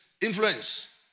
Influence